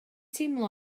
teimlo